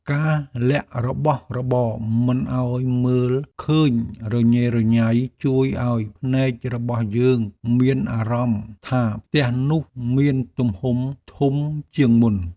ការលាក់របស់របរមិនឱ្យមើលឃើញរញ៉េរញ៉ៃជួយឱ្យភ្នែករបស់យើងមានអារម្មណ៍ថាផ្ទះនោះមានទំហំធំជាងមុន។